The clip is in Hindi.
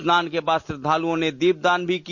स्नान के बाद श्रद्दालुओं ने दीपदान भी किया